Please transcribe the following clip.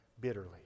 bitterly